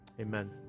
amen